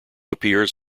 appears